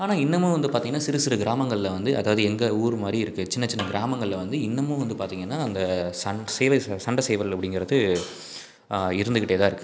ஆனால் இன்னுமும் வந்து பார்த்திங்கனா சிறு சிறு கிராமங்களில் வந்து அதாவது எங்கள் ஊரு மாதிரி இருக்க சின்ன சின்ன கிராமங்களில் வந்து இன்னுமும் வந்து பார்த்திங்கன்னா அந்த சண் சேவ சண் சண்டை சேவல் அப்படிங்கிறது இருந்துகிட்டு தான் இருக்குது